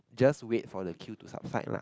just wait for the queue to subside lah